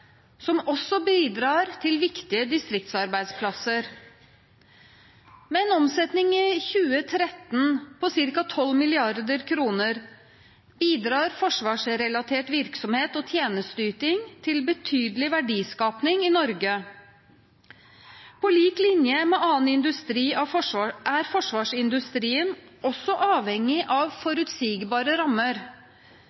som også bidrar til viktige distriktsarbeidsplasser. Med en omsetning i 2013 på ca. 12 mrd. kr bidrar forsvarsrelatert virksomhet og tjenesteyting til betydelig verdiskaping i Norge. På lik linje med annen industri er forsvarsindustrien også avhengig av forutsigbare rammer.